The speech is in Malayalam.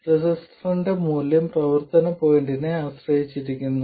റെസിസ്റ്ററിന്റെ മൂല്യം പ്രവർത്തന പോയിന്റിനെ ആശ്രയിച്ചിരിക്കുന്നു